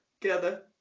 together